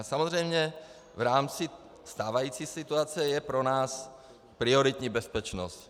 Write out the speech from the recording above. Samozřejmě v rámci stávající situace je pro nás prioritní bezpečnost.